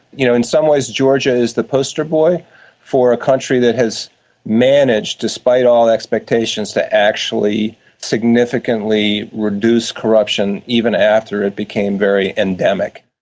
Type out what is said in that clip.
you know, in some ways georgia is the poster boy for a country that has managed, despite all expectations, to actually significantly reduce corruption, even after it became very endemic.